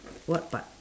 what part